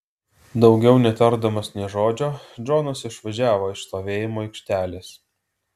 daugiau netardamas nė žodžio džonas išvažiavo iš stovėjimo aikštelės